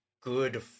good